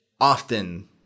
often